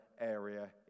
area